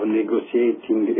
negotiating